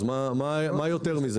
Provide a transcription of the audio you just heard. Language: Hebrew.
אז מה יותר מזה?